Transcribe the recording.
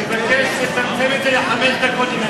אני מבקש לצמצם את זה לחמש דקות,